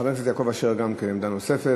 חבר הכנסת יעקב אשר גם כן, עמדה נוספת.